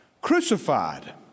Crucified